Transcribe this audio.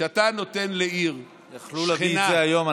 כשאתה נותן לעיר שכנה, יכלו להביא את זה היום.